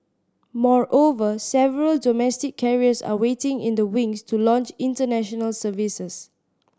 moreover several domestic carriers are waiting in the wings to launch international services